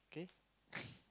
okay